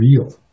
real